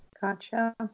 Gotcha